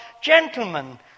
Gentlemen